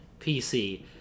PC